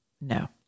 no